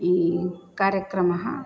कार्यक्रमः